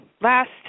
Last